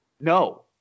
No